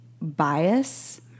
bias